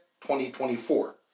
2024